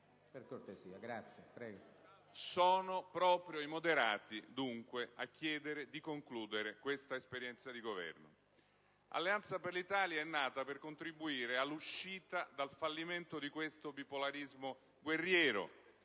Sono proprio i moderati, dunque, a chiedere di concludere questa esperienza di Governo. Alleanza per l'Italia è nata per contribuire all'uscita dal fallimento di questo bipolarismo guerriero,